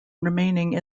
remaining